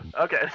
Okay